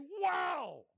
wow